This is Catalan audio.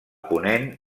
ponent